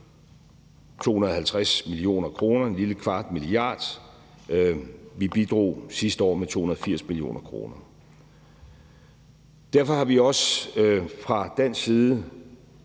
250 mio. kr., en lille kvart milliard. Vi bidrog sidste år med 280 mio. kr. Derfor har vi også fra dansk side